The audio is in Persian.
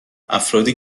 افرادی